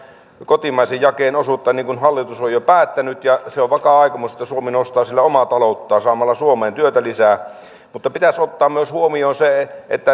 kotimaisen jakeen osuutta niin kuin hallitus on jo päättänyt se on vakaa aikomus että suomi nostaa sillä omaa ta louttaan saamalla suomeen työtä lisää pitäisi ottaa huomioon myös se